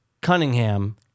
Cunningham